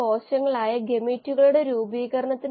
കോശങ്ങൾ ഉൽപാദിപ്പിക്കുന്ന തന്മാത്രകളാണിവ അവ ഉൽപ്പന്നങ്ങളാണ്